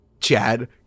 Chad